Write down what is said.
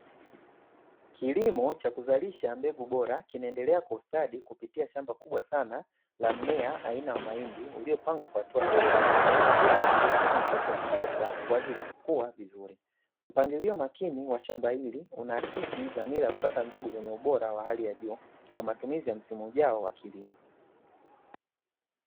Kilimo cha kuzalisha mbegu bora, kinaendelea kwa ustadi kupitia shamba kubwa sana la mmea aina ya mahindi, uliopangwa kwa hatua sahihi. Kila mche ukiwa na nafasi ya kutosha kwa ajili ya kukua vizuri. Mpangilio makini wa shamba hili unaakisi dhamira ya kupata mbegu zenye ubora wa hali ya juu, kwa matumizi ya msimu ujao wa kilimo.